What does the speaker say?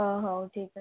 ହୋଉ ହୋଉ ଠିକ୍ ଅଛି